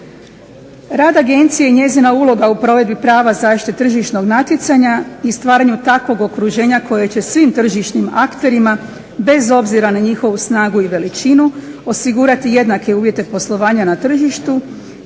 Rad agencije i njezina uloga u provedbi prava zaštite tržišnog natjecanja i stvaranju takvog okruženja koja će svim tržišnim akterima bez obzira na njihovu snagu i veličinu osigurati jednake uvjete poslovanja na tržištu,